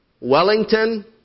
Wellington